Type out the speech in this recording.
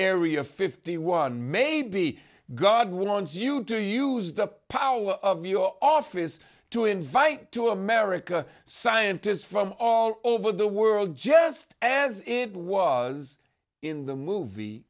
area fifty one maybe god wants you to use the power of your office to invite to america scientists from all over the world just as it was in the movie